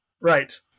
Right